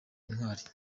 intwari